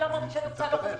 בחיים